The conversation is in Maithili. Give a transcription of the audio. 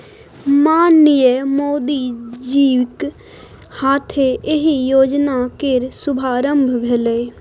माननीय मोदीजीक हाथे एहि योजना केर शुभारंभ भेलै